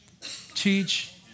teach